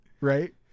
right